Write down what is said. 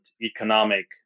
economic